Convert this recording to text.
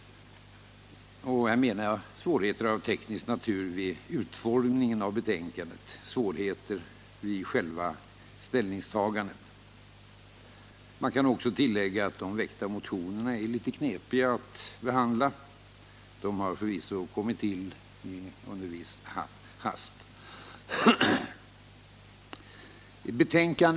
Här menar jag svårigheter av teknisk natur vid utformningen av betänkandet och svårigheter vid själva ställningstagandena. Man kan också tillägga att de väckta motionerna har varit litet knepiga att behandla — de har förvisso kommit till i viss hast och under tidsnöd.